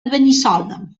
benissoda